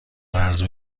قرض